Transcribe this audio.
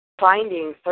Finding